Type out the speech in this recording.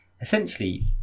Essentially